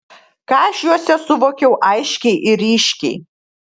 ką aš juose suvokiau aiškiai ir ryškiai